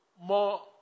more